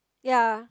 ya